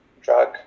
drug